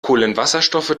kohlenwasserstoffe